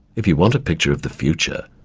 if you want a picture of the future,